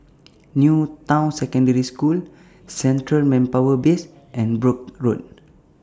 New Town Secondary School Central Manpower Base and Brooke Road